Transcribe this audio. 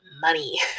money